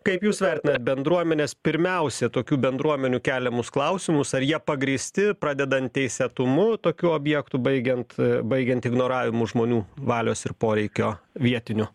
kaip jūs vertinat bendruomenės pirmiausia tokių bendruomenių keliamus klausimus ar jie pagrįsti pradedant teisėtumu tokių objektų baigiant baigiant ignoravimu žmonių valios ir poreikio vietinių